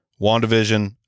WandaVision